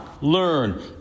learn